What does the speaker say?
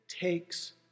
takes